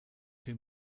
two